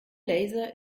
laser